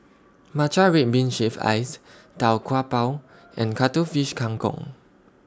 Matcha Red Bean Shaved Ice Tau Kwa Pau and Cuttlefish Kang Kong